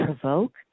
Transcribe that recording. provoke